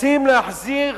מנסים להחזיר